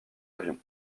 avions